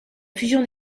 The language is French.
fusion